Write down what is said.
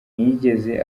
ntiyigeze